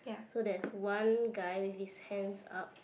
so there's one guy with his hands up